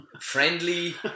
friendly